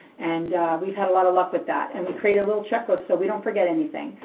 and we've had a lot of luck with that, and we create a little checklist so we don't forget anything.